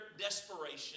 desperation